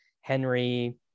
Henry